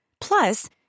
Plus